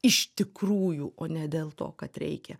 iš tikrųjų o ne dėl to kad reikia